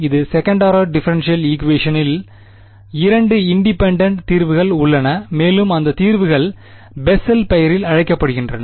இது second order differential ஈக்குவேஷனில் இரண்டு இண்டிபெண்டெண்ட் தீர்வுகள் உள்ளன மேலும் அந்த தீர்வுகள் பெசெல் பெயரில் அழைக்கப்படுகின்றன